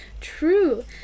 True